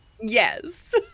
yes